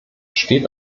steht